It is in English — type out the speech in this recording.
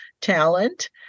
talent